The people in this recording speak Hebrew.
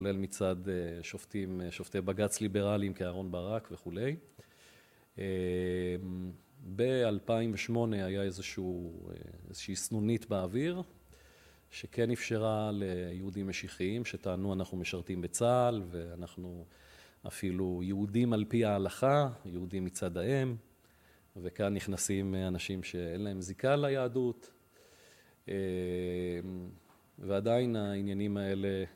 כולל מצד שופטי בג"צ ליברליים כאהרון ברק וכולי. ב-2008 היתה איזושהי סנונית באוויר שכן אפשרה ליהודים משיחיים שטענו אנחנו משרתים בצה"ל ואנחנו אפילו יהודים על פי ההלכה, יהודים מצד האם, וכאן נכנסים אנשים שאין להם זיקה ליהדות, ועדיין העניינים האלה...